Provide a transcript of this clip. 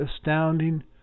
astounding